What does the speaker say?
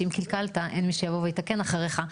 כי אם קלקלת אין מי שיבוא ויתקן אחריך".